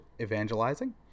evangelizing